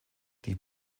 die